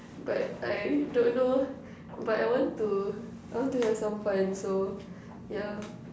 but I don't know but I want to I want to have some fun so yeah